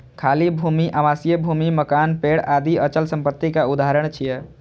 खाली भूमि, आवासीय भूमि, मकान, पेड़ आदि अचल संपत्तिक उदाहरण छियै